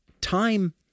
Time